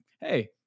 hey